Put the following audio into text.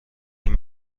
این